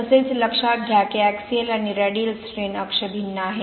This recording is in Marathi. तसेच लक्षात घ्या की ऍक्सिअल आणि रेडियल स्ट्रेन अक्ष भिन्न आहेत